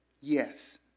Yes